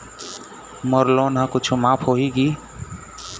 मोर loan हा कुछू माफ होही की?